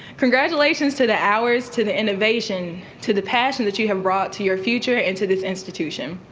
congratulations to the hours, to the innovation, to the passion that you have brought to your future and to this institution.